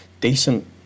decent